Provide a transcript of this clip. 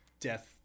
death